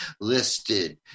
listed